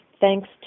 thanks